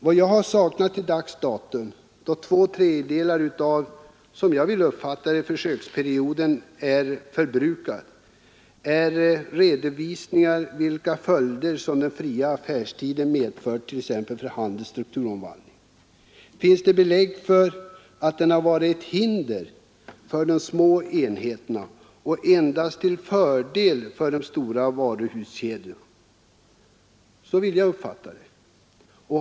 Vad jag saknat till dags dato, då två tredjedelar av försöksperioden är förbrukad, är redovisningar av vilka följder den fria affärstiden medfört för handelns strukturomvandling. Finns det belägg för att den varit ett hinder för de små enheterna och endast till fördel för de stora varuhuskedjorna? Så vill jag uppfatta det.